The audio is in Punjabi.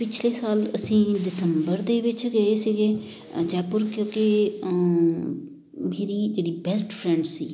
ਪਿਛਲੇ ਸਾਲ ਅਸੀਂ ਦਿਸੰਬਰ ਦੇ ਵਿੱਚ ਗਏ ਸੀਗੇ ਜੈਪੁਰ ਕਿਉਂਕਿ ਮੇਰੀ ਜਿਹੜੀ ਬੈਸਟ ਫਰੈਂਡ ਸੀ